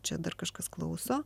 čia dar kažkas klauso